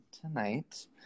tonight